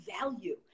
value